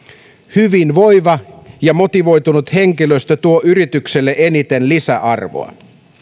hyvinvoiva ja motivoitunut henkilöstö tuo yritykselle eniten lisäarvoa